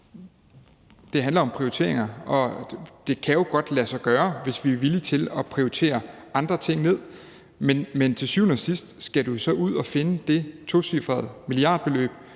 Det handler om prioriteringer, og det kan jo godt lade sig gøre, hvis vi er villige til at prioritere andre ting ned. Men til syvende og sidst skal du jo så ud at finde det tocifrede milliardbeløb,